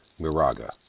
miraga